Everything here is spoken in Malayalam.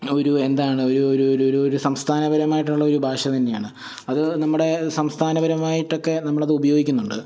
ഒരു എന്താണ് ഒരു ഒരു ഒരു ഒരു സംസ്ഥാനപരമായിട്ടുള്ള ഒരു ഭാഷ തന്നെയാണ് അത് നമ്മുടെ സംസ്ഥാന പരമായിട്ടൊക്കെ നമ്മൾ അത് ഉപയോഗിക്കുന്നുണ്ട്